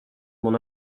mon